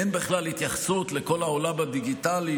אין בכלל התייחסות לכל העולם הדיגיטלי.